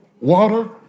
water